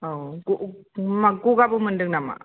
औ मा गगाबो मोनदों नामा